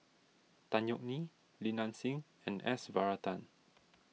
Tan Yeok Nee Li Nanxing and S Varathan